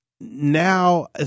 now